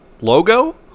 logo